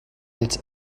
its